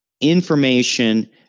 information